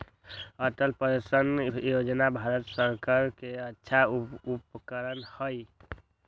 Atal pension Yojana Bharat सर्कार के अच्छा उपक्रम हई